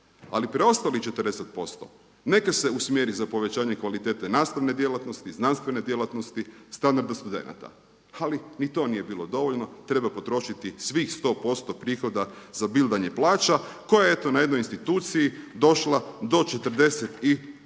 ali preostalih 40% neka se usmjeri za povećanje kvalitete nastavne djelatnosti, znanstvene djelatnosti, standarda studenata. Ali ni to nije bilo dovoljno, treba potrošiti svih 100% prihoda za bildanje plaća koja je eto na jednoj instituciji došla do 42112